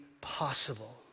possible